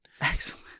Excellent